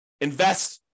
Invest